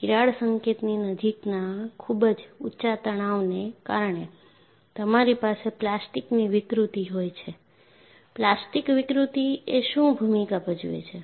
તિરાડ સંકેતની નજીકના ખૂબ જ ઊંચા તણાવને કારણે તમારી પાસે પ્લાસ્ટિકની વિકૃતિ હોય છે પ્લાસ્ટિક વિકૃતિ એ શું ભૂમિકા ભજવે છે